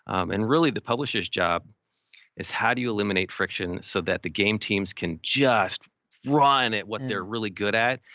and really, the publisher's job is how do you eliminate friction so that the game teams can just run at what they're really good at.